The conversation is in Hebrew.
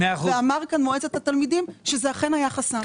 אמר כאן נציג מועצת התלמידים שאכן זה היה חסם.